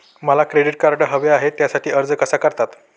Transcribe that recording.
मला credit card हवे आहे त्यासाठी अर्ज कसा करतात?